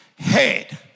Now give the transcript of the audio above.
Head